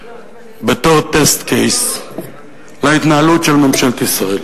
בתור test case להתנהלות של ממשלת ישראל.